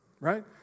right